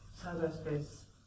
cyberspace